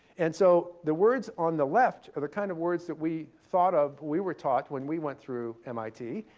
and so the words on the left are the kind of words that we thought of when we were taught, when we went through mit.